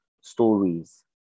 stories